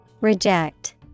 Reject